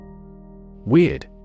Weird